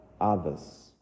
others